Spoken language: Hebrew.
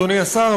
אדוני השר,